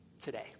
today